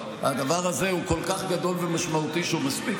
הדבר הזה הוא כל כך גדול ומשמעותי שהוא מספיק,